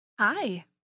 Hi